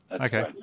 Okay